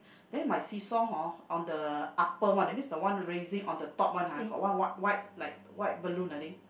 then my seesaw hor on the upper one that's mean the one raising on the top one !huh! got one white white like white balloon I think